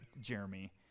Jeremy